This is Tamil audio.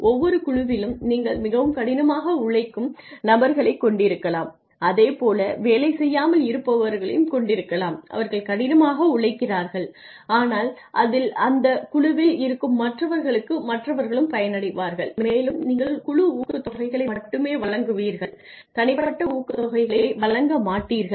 ஒவ்வொரு குழுவிலும் நீங்கள் மிகவும் கடினமாக உழைக்கும் நபர்களைக் கொண்டிருக்கலாம் அதே போல வேலை செய்யாமல் இருப்பவர்களையும் கொண்டிருக்கலாம் அவர்கள் கடினமாக உழைக்கிறார்கள் ஆனால் அதில் அந்த குழுவில் இருக்கும் மற்றவர்களும் பயனடைவார்கள் மேலும் நீங்கள் குழு ஊக்கத்தொகைகளை மட்டுமே வழங்குவீர்கள் தனிப்பட்ட ஊக்கத்தொகைகளை வழங்க மாட்டீர்கள்